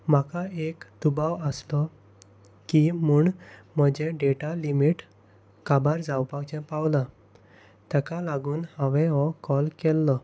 म्हाका एक दुबाव आसलो की म्हूण म्हजें डेटा लिमीट काबार जावपाचें पावलां ताका लागून हांवें हो कॉल केल्लो